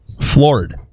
Floored